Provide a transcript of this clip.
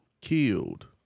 killed